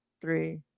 three